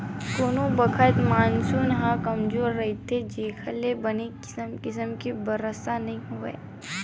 कोनो बखत मानसून ह कमजोर रहिथे जेखर ले बने किसम ले बरसा नइ होवय